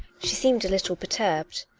she seemed a little per turbed.